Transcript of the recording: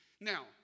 Now